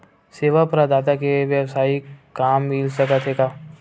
सेवा प्रदाता के वेवसायिक काम मिल सकत हे का?